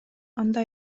анда